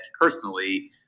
Personally